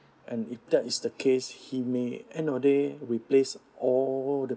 and if that is the case he may end of day replace all the